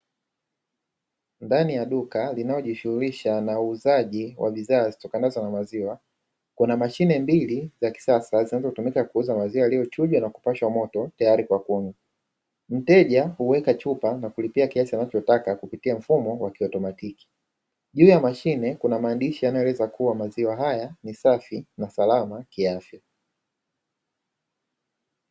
Ndani ya duka linaojishughulisha na uuzaji wa bidhaa zitokanazo na maziwa, kuna mashine mbili za kisasa zinazotumika kuuza waziri aliochuja na kupashwa moto tayari kwa kuni mteja huweka chupa na kulipia kiasi anachotaka kupitia mfumo wa kie; ektronoki, juu ya mashine kuna maandishi yanayoweza kuwa maziwa haya ni safi na salama kiafya.